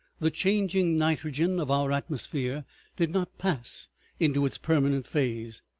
the changing nitrogen of our atmosphere did not pass into its permanent phase,